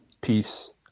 peace